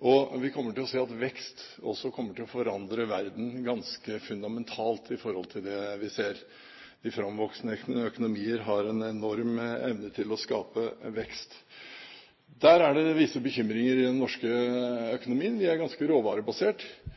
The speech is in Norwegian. Vi vil få se at vekst også kommer til å forandre verden ganske fundamentalt – de framvoksende økonomier har en enorm evne til å skape vekst. Der er det visse bekymringer i den norske økonomien. Vi er ganske råvarebasert,